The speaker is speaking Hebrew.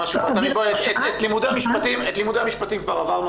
את לימודי המשפטים כבר עברנו.